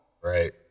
Right